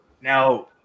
now